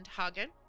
Hagen